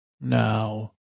now